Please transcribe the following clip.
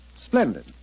Splendid